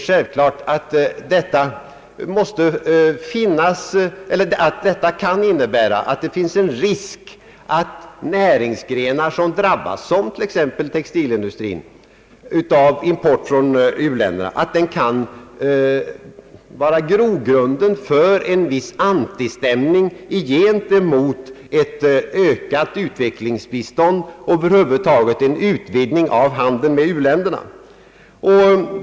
Sådana företeelser inom näringsgrenar, vilka liksom t.ex. textilindustrien drabbas av import från u-länderna, kan självfallet bli en grogrund för en viss antistämning mot ett ökat utvecklingsbistånd och över huvud taget mot en utvidgning av handeln med u-länderna.